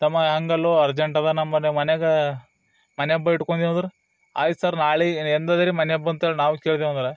ತಮ್ಮ ಹಾಗಲ್ಲೋ ಅರ್ಜೆಂಟ್ ಅದ ನಮ್ಮ ಮನೆ ಮನೆಗ ಮನೆಗ್ಬ ಹಿಡ್ಕೊಂದೆವು ಅಂದ್ರೆ ಆಯ್ತು ಸರ್ ನಾಳೆ ಎಂದದರಿ ಮನೆಗೆ ಬಂತೇಳಿ ನಾವು ಕೇಳ್ದೇವು ಅಂದ್ರೆ